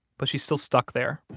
but she's still stuck there,